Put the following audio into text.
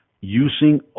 using